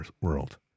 world